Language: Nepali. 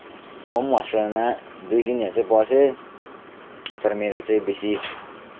म पनि हस्पिटलमा दुई दिन जति चाहिँ बसेँ तर मेरो चाहिँ बेसी